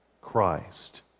Christ